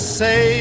say